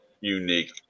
unique